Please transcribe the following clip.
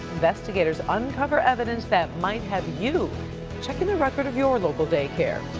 investigators uncover evidence that might have you checking the record of your local day care.